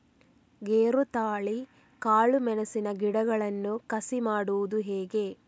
ಗೇರುತಳಿ, ಕಾಳು ಮೆಣಸಿನ ಗಿಡಗಳನ್ನು ಕಸಿ ಮಾಡುವುದು ಹೇಗೆ?